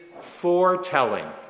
foretelling